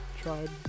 Tried